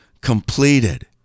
completed